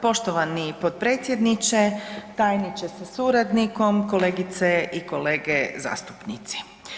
Poštovani potpredsjedniče, tajniče sa suradnikom, kolegice i kolege zastupnici.